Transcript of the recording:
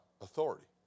authority